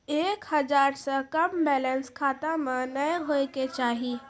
एक हजार से कम बैलेंस खाता मे नैय होय के चाही